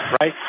right